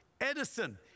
Edison